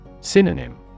Synonym